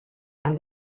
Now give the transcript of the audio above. and